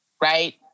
right